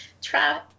try